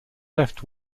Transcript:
left